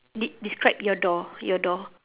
de~ describe your door your door